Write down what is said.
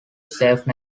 safe